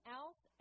else